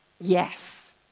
Yes